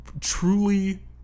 truly